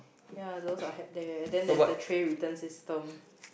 ya those are head there then there's the tray return system